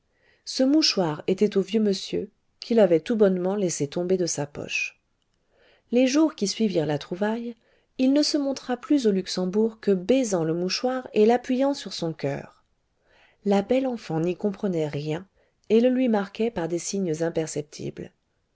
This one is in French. ce mouchoir était au vieux monsieur qui l'avait tout bonnement laissé tomber de sa poche les jours qui suivirent la trouvaille il ne se montra plus au luxembourg que baisant le mouchoir et l'appuyant sur son coeur la belle enfant n'y comprenait rien et le lui marquait par des signes imperceptibles